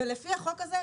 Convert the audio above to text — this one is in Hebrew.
ולפי החוק הזה,